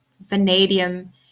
vanadium